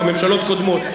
גם ממשלות קודמות,